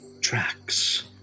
tracks